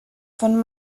von